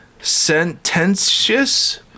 sententious